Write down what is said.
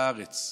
בארץ.